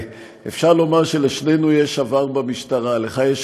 אפשר לומר שלשנינו יש עבר במשטרה: לך יש